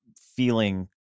feeling